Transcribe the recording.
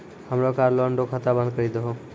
हमरो car loan रो खाता बंद करी दहो